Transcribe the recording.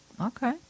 Okay